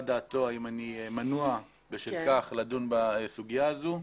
דעתו האם אני מנוע בשל כך לדון בסוגיה הזו,